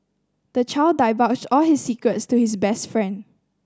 the child divulged all his secrets to his best friend